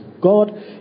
God